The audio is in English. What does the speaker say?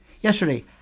Yesterday